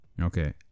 okay